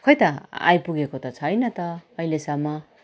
खोई त आइपुगेको त छैन त अहिलेसम्म